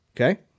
Okay